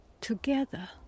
together